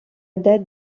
date